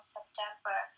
September